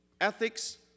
ethics